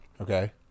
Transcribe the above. okay